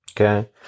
okay